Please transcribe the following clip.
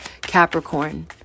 Capricorn